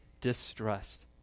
distressed